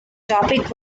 topic